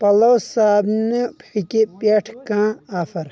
پلو صابنہِ پھٮ۪کہِ پٮ۪ٹھ کانٛہہ آفر